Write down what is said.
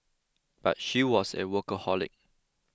but she was a workaholic